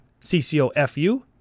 CCOFU